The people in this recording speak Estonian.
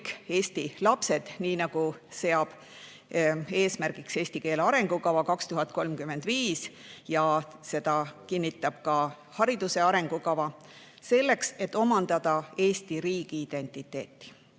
kõik Eesti lapsed, nii nagu seab eesmärgiks eesti keele arengukava 2035 ja seda kinnitab ka hariduse arengukava, selleks et omandada Eesti riigiidentiteeti.